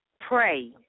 pray